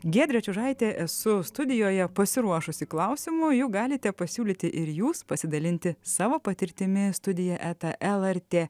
giedrė čiužaitė esu studijoje pasiruošusi klausimų jų galite pasiūlyti ir jūs pasidalinti savo patirtimi studija eta lrt